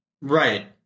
Right